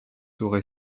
aurait